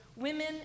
Women